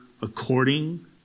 according